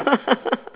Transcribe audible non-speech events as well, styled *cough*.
*laughs*